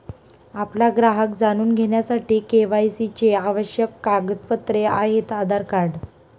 आपला ग्राहक जाणून घेण्यासाठी के.वाय.सी चे आवश्यक कागदपत्रे आहेत आधार कार्ड